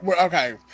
Okay